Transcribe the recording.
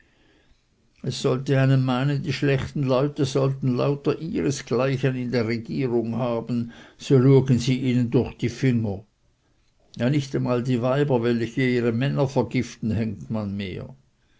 es sollte einem meinen die schlechten leute sollten lauter ihresgleichen an der regierung haben so luegen sie ihnen durch die finger ja nicht einmal die weiber welche ihre männer vergiften hängt man mehr